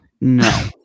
No